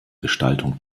gestaltung